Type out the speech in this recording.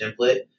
template